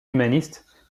humanistes